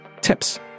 tips